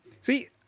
See